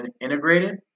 integrated